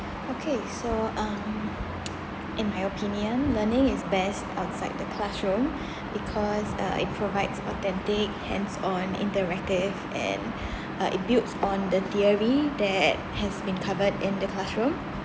okay so um in my opinion learning is best outside the classroom because uh it provides authentic hands on interactive and uh it builds on the theory that has been covered in the classroom